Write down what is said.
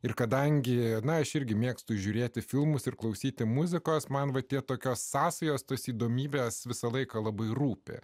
ir kadangi na aš irgi mėgstu žiūrėti filmus ir klausyti muzikos man va tie tokios sąsajos tos įdomybės visą laiką labai rūpi